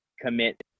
commit